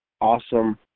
awesome